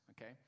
okay